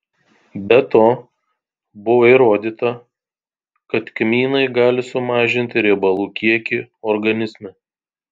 be to buvo įrodyta kad kmynai gali sumažinti riebalų kiekį organizme